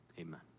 Amen